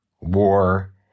war